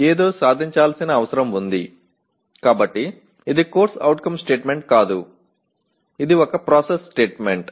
ఏదో సాధించాల్సిన అవసరం ఉంది కాబట్టి ఇది CO స్టేట్మెంట్ కాదు ఇది ఒక ప్రాసెస్ స్టేట్మెంట్